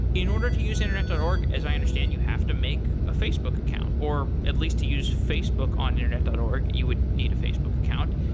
in order to use internet dot org, as i understand, you have to make a facebook account, or at least to use facebook on internet dot org, you would need a facebook account.